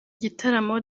gitaramo